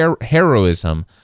heroism